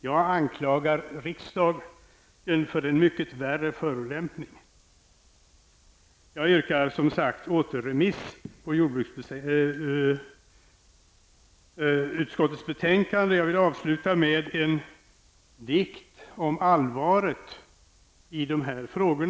Jag anklagar riksdagen för en mycket värre förolämpning. Jag yrkar återremiss på utskottets betänkande. Jag vill avsluta med en dikt om allvaret i dessa frågor.